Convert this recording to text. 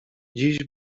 dziś